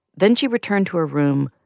then she returned to her room,